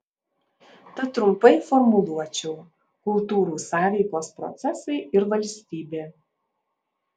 tad trumpai formuluočiau kultūrų sąveikos procesai ir valstybė